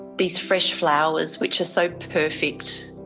these fresh flowers which are so perfect,